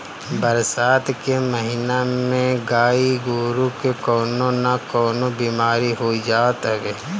बरसात के महिना में गाई गोरु के कवनो ना कवनो बेमारी होइए जात हवे